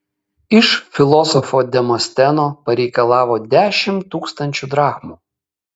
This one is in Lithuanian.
iš filosofo demosteno pareikalavo dešimt tūkstančių drachmų